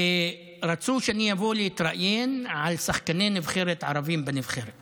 רצו שאני אבוא להתראיין על שחקני נבחרת ערבים בנבחרת